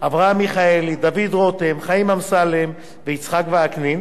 אברהם מיכאלי, דוד רותם, חיים אמסלם ויצחק וקנין,